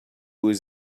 was